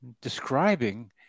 describing